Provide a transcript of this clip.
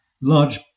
large